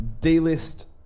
D-list